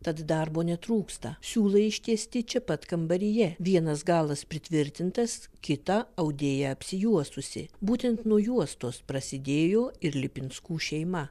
tad darbo netrūksta siūlai ištiesti čia pat kambaryje vienas galas pritvirtintas kitą audėja apsijuosusi būtent nuo juostos prasidėjo ir lipinskų šeima